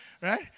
right